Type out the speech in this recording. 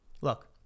Look